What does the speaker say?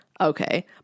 Okay